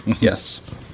Yes